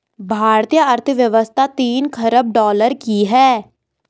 भारतीय अर्थव्यवस्था तीन ख़रब डॉलर की है